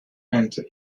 enter